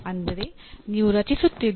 ಅಂದರೆ ನೀವು ರಚಿಸುತ್ತಿದ್ದೀರಿ